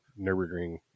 nurburgring